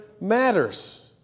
matters